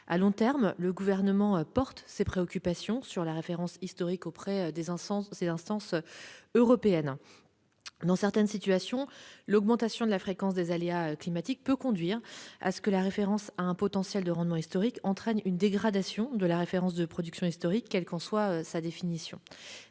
À long terme, le Gouvernement se fait le porte-voix de ces préoccupations relatives à la référence historique auprès des instances européennes. Dans certaines situations, l'augmentation de la fréquence des aléas climatiques peut conduire à ce que la référence à un potentiel de rendement historique entraîne une dégradation de la référence de production historique, quelle qu'en soit sa définition.